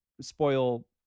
spoil